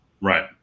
Right